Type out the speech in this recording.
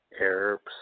Arabs